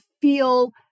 feel